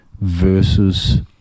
versus